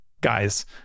guys